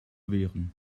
wehren